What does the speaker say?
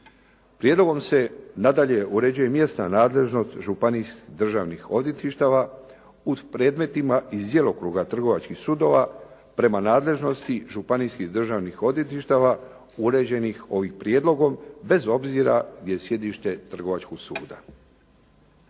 Prijedlogom se nadalje uređuje mjesna nadležnost županijskih državnih odvjetništava u predmetima iz djelokruga trgovačkih sudova prema nadležnosti županijskih državnih odvjetništava uređenih ovim prijedlogom bez obzira gdje je sjedište trgovačkog suda.